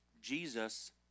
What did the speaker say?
jesus